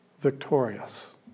victorious